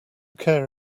care